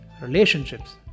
relationships